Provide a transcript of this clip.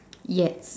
yes